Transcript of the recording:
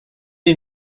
die